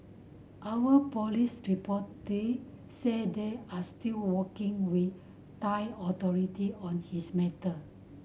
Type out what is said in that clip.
our police reportedly say they are still working with Thai authority on this matter